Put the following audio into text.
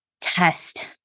test